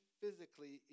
physically